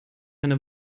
eine